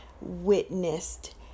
witnessed